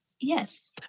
Yes